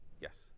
Yes